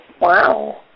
wow